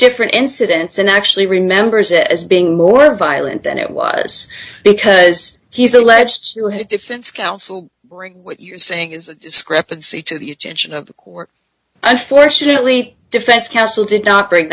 different incidents and actually remembers it as being more violent than it was because he's alleged his defense counsel what you're saying is a discrepancy to the attention of the court unfortunately defense counsel did not bring